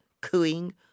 cooing